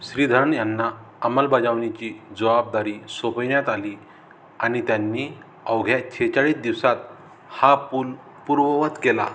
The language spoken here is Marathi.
श्रीधरन यांना अंमलबजावनीची जबाबदारी सोपविण्यात आली आणि त्यांनी अवघ्या सेहेचाळीस दिवसात हा पूल पूर्ववत केला